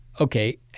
Okay